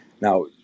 Now